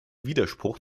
widerspruch